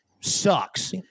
sucks